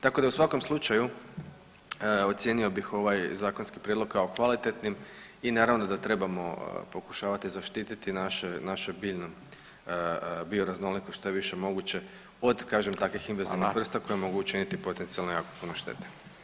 Tako da u svakom slučaju ocijenio bih ovaj zakonski prijedlog kao kvalitetnim i naravno da trebamo pokušavati zaštititi našu bioraznolikost što je više moguće od kažem takvih invazivnih vrsta koje mogu učiniti potencijalno jako puno štete.